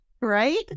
right